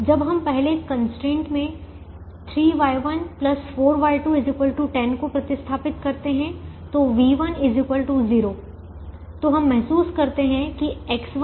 जब हम पहले कंस्ट्रेंट में 3Y1 4Y2 10 को प्रतिस्थापित करते हैं तो v1 0 तो हम महसूस करते हैं कि X1V1 0